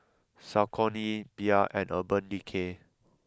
Saucony Bia and Urban Decay